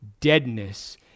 deadness